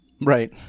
Right